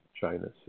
China